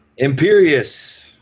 Imperius